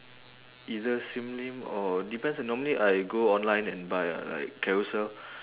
either sim lim or depends ah normally I go online and buy ah like carousell